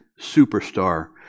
superstar